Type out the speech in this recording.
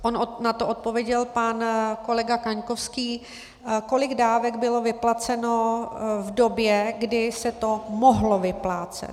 On na to odpověděl pan kolega Kaňkovský, kolik dávek bylo vyplaceno v době, kdy se to mohlo vyplácet.